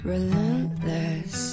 Relentless